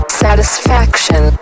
satisfaction